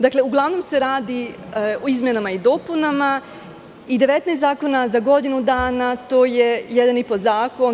Dakle, uglavnom se radi o izmenama i dopunama i 19 zakona za godinu dana, to je jedan i po zakon.